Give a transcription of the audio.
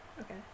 Okay